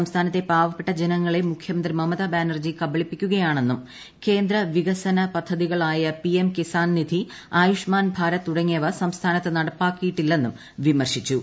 സംസ്ഥാനത്തെ പാവപ്പെട്ട ജനങ്ങളെ മുഖ്യമന്ത്രി മമതാ ബാനർജി കബളിപ്പിക്കുകയാണെന്നും കേന്ദ്ര വികസ്മന പദ്ധതികളായ പിഎം കിസാൻ നിധി ആയുഷ്മാൻ ഭാരത് തുടുങ്ങിയവ സംസ്ഥാനത്ത് നടപ്പാക്കിയിട്ടില്ലെന്നും വിമർശിച്ചു